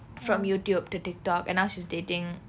from youtube to Tik Tok and now she's dating